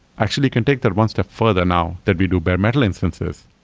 actually can take that one step further now, that we do bare metal instances.